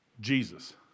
Jesus